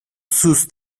sus